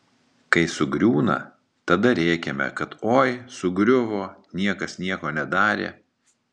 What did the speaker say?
kai sugriūna tada rėkiame kad oi sugriuvo niekas nieko nedarė